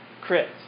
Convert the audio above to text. Crit